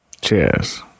Cheers